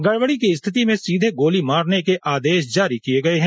गड़बड़ी की स्थिति में सीधे गोली मारने के आदेश जारी किए गये है